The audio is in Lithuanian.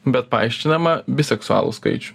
bet paaiškinama biseksualų skaičių